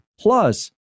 Plus